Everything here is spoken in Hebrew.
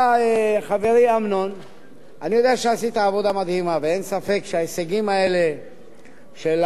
ואין ספק שההישג הזה של להפוך את כל לוחמי האש לעובדי מדינה